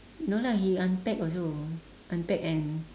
no lah he unpack also unpack and